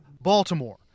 Baltimore